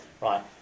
Right